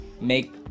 make